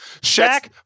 Shaq